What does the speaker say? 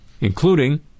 including